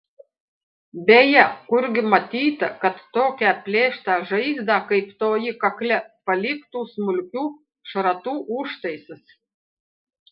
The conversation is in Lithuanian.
beje kurgi matyta kad tokią plėštą žaizdą kaip toji kakle paliktų smulkių šratų užtaisas